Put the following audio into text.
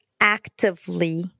actively